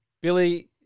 Billy